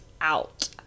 out